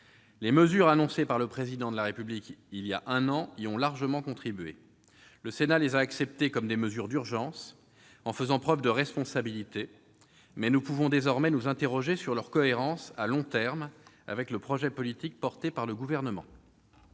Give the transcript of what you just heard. Les mesures annoncées par le Président de la République il y a un an y ont largement contribué. Le Sénat les a acceptées comme des mesures d'urgence, en faisant preuve de responsabilité, mais nous pouvons désormais nous interroger sur leur cohérence à long terme avec le projet politique du Gouvernement.